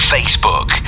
Facebook